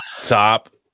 top